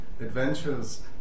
adventures